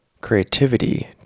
creativity